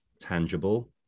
tangible